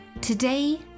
Today